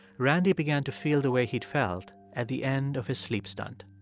randy began to feel the way he'd felt at the end of his sleep stunt,